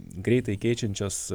greitai keičiančios